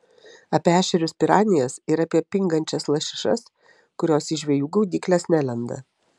apie ešerius piranijas ir apie pingančias lašišas kurios į žvejų gaudykles nelenda